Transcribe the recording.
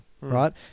right